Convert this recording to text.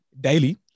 daily